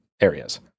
areas